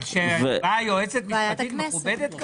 אבל שבאה יועצת משפטית מכובדת כזאת?